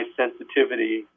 sensitivity